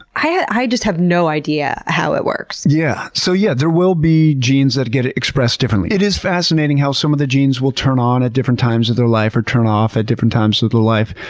i just have no idea how it works. yeah. so yeah there will be genes that get expressed differently. it is fascinating how some of the genes will turn on at different times of their life or turn off at different times of their life.